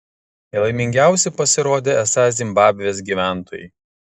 nelaimingiausi pasirodė esą zimbabvės gyventojai